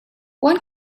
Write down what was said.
one